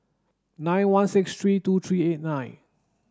nine one six three two three eight nine